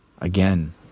Again